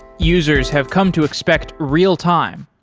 users have come to expect real-time.